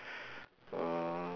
uh